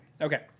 Okay